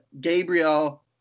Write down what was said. Gabriel